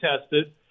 tested